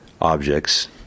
objects